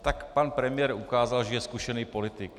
Tak pan premiér ukázal, že je zkušený politik.